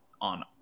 on